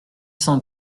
cent